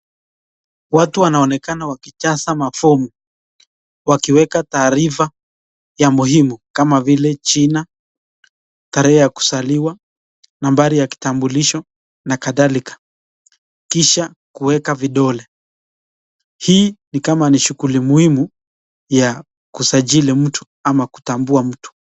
Watu wanaonekana wakijaza mafomu wakienda taarifa ya muhimu kama vile jina, tarehe ya kuzaliwa, nambari ya kitambulisho na kadhalika kisha kuweka vidole. Hii ni kama ni shughulii muhimu ya kusajili mtu ama kutambua mtu.